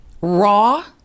raw